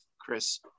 Chris